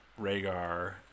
Rhaegar